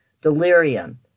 delirium